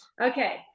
Okay